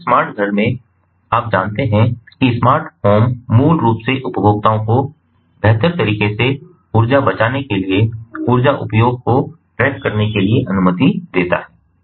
तो एक स्मार्ट घर में आप जानते हैं कि स्मार्ट होम मूल रूप से उपभोक्ताओं को बेहतर तरीके से ऊर्जा बचाने के लिए ऊर्जा उपयोग को ट्रैक करने के लिए अनुमति देता है